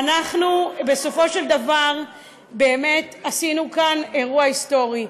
בסופו של דבר באמת עשינו כאן אירוע היסטורי,